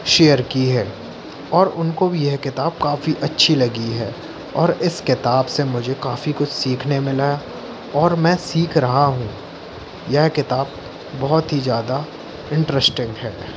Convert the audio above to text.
share की है और उनको भी यह किताब काफ़ी अच्छी लगी है और इस किताब से मुझे काफ़ी कुछ सीखने मिला और मैं सीख रहा हूँ यह किताब बहुत ही ज़्यादा इंट्रैस्टिंग है